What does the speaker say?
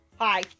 Hi